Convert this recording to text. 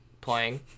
playing